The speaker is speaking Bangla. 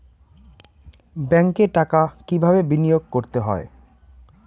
ব্যাংকে টাকা কিভাবে বিনোয়োগ করতে হয়?